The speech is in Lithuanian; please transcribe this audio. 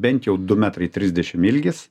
bent jau du metrai trisdešim ilgis